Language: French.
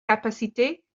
capacités